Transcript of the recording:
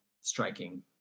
Striking